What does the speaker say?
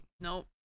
Nope